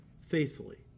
faithfully